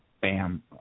bam